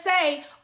say